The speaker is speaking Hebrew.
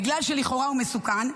בגלל שלכאורה הוא מסוכן,